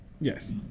Yes